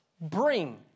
bring